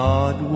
God